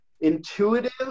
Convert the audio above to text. intuitive